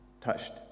touched